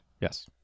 yes